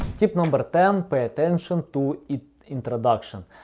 tip number ten, pay attention to introduction.